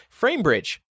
Framebridge